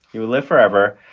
you will live forever,